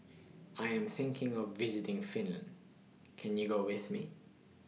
I Am thinking of visiting Finland Can YOU Go with Me